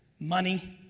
money,